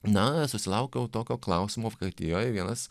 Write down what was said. na susilaukiau tokio klausimo vokietijoj vienas